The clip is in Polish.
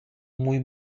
mój